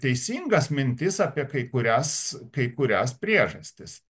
teisingas mintis apie kai kurias kai kurias priežastis